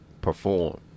perform